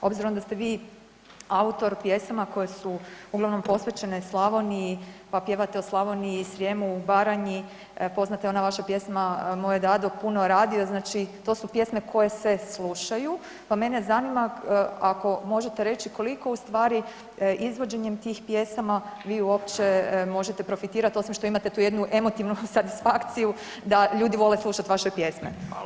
Obzirom da ste vi autor pjesama koje su uglavnom posvećene Slavoniji, pa pjevate o Slavoniji i Srijemu, Baranji, poznata je ona vaša pjesma Moj je dado puno radio, znači to su pjesme koje se slušaju, pa mene zanima ako možete reći koliko u stvari izvođenjem tih pjesama vi uopće možete profitirati osim što imate tu jednu emotivnu satisfakciju da ljudi vole slušat vaše pjesme.